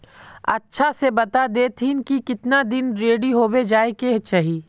अच्छा से बता देतहिन की कीतना दिन रेडी होबे जाय के चही?